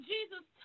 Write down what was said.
Jesus